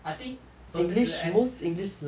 I think personally leh